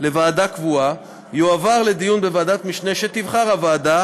לוועדה קבועה יועבר לדיון בוועדת משנה שתבחר הוועדה,